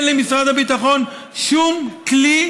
אין למשרד הביטחון שום כלי